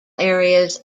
areas